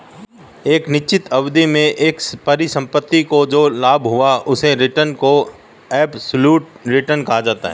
एक निश्चित अवधि में एक परिसंपत्ति को जो लाभ हुआ उस रिटर्न को एबसोल्यूट रिटर्न कहा जाता है